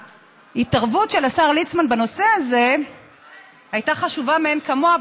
ההתערבות של השר ליצמן בנושא הזה הייתה חשובה מאין כמוה,